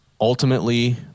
ultimately